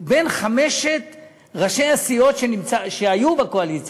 בין חמשת ראשי הסיעות שהיו בקואליציה,